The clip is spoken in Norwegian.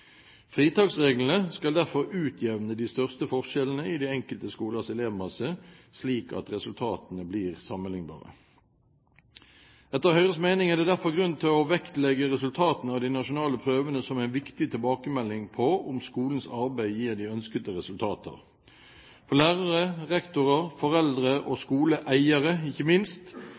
Fritaksreglene skal derfor utjevne de største forskjellene i de enkelte skolers elevmasse, slik at resultatene blir sammenlignbare. Etter Høyres mening er det derfor grunn til å vektlegge resultatene av de nasjonale prøvene som en viktig tilbakemelding på om skolenes arbeid gir de ønskede resultater. For lærere, rektorer, foreldre og skoleeiere, ikke minst,